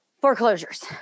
foreclosures